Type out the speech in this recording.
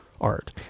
art